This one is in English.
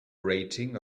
rating